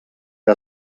que